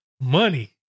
Money